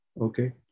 Okay